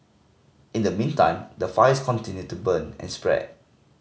in the meantime the fires continue to burn and spread